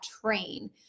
train